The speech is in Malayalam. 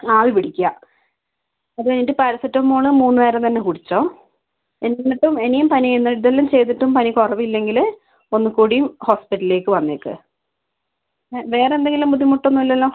ആവി പിടിക്കുക അത് കഴിഞ്ഞിട്ട് പാരസെറ്റമോള് മൂന്ന് നേരം തന്നെ കുടിച്ചോ എന്നിട്ടും ഇനിയും പനി ഇതെല്ലം ചെയ്തിട്ടും പനി കുറവില്ലെങ്കിൽ ഒന്നുകൂടി ഹോസ്പിറ്റലിലേക്ക് വന്നേക്ക് വേറെ എന്തെങ്കിലും ബുദ്ധിമുട്ടൊന്നും ഇല്ലല്ലോ